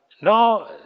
Now